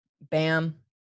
bam